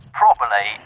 properly